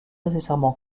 nécessairement